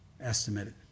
estimated